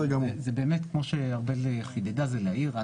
זה באמת כמו שארבל חידדה זה להאיר.